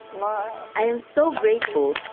i am so grateful.